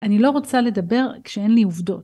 אני לא רוצה לדבר כשאין לי עובדות.